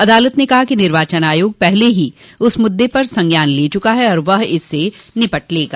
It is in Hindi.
अदालत ने कहा कि निर्वाचन आयोग पहले ही इस मुद्दे पर संज्ञान ले चुका है और वह इससे निपट लेगा